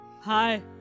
Hi